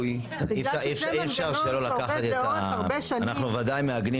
אי אפשר שלא לקחת את ה אנחנו ודאי מעגנים